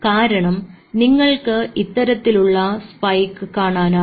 കാരണം നിങ്ങൾക്ക് ഇത്തരത്തിലുള്ള സ്പൈക്ക് കാണാനാകും